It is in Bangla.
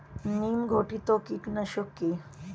নিম ঘটিত কীটনাশক কি?